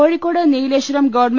Kozhikode Nileshwaram ഗ്ഗവ്